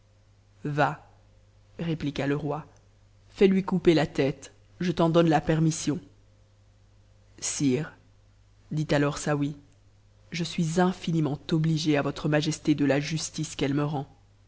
répliqua le roi fais-lui couper le cou je t'en donne la permission sire dit alors saouy je suis infi niment obligé à votre majesté de la justice qu'elle me rend